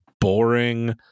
boring